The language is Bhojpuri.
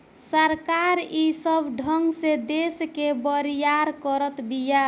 सरकार ई सब ढंग से देस के बरियार करत बिया